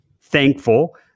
thankful